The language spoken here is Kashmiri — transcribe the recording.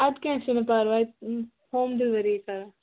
اَدٕ کینٛہہ چھُنہٕ پرواے ہوم ڈِلؤری یی کَرو